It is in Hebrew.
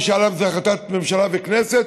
משאל עם זאת החלטת ממשלה וכנסת,